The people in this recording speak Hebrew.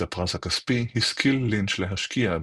את הפרס הכספי השכיל לינץ' להשקיע,